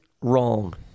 wrong